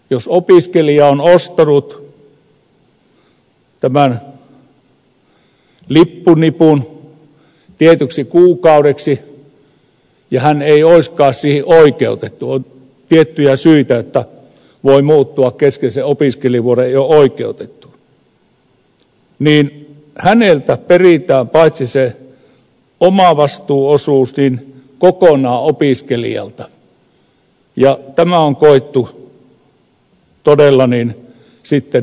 jos opiskelija on ostanut tämän lippunipun tietyksi kuukaudeksi ja hän ei olisikaan siihen oikeutettu on tiettyjä syitä että voi muuttua kesken sen opiskeluvuoden ei ole oikeutettu opiskelijalta peritään kokonaan lipunhinta paitsi se omavastuuosuus ja tämä on koettu todella sitten epäoikeudenmukaiseksi